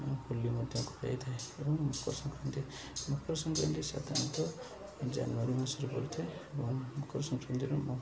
ହୋଲି ମଧ୍ୟ ହୋଇଥାଏ ଏବଂ ମକର ସଂକ୍ରାନ୍ତି ମକର ସଂକ୍ରାନ୍ତି ସାଧାରଣତଃ ଜାନୁଆରୀ ମାସରେ ପଡ଼ିଥାଏ ଏବଂ ମକର ସଂକ୍ରାନ୍ତିରୁ ମୁଁ